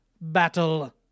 battle